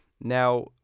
Now